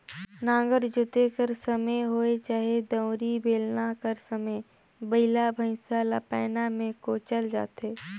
नांगर जोते कर समे होए चहे दउंरी, बेलना कर समे बइला भइसा ल पैना मे कोचल जाथे